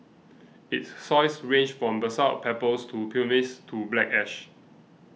its soils range from basalt pebbles and pumice to black ash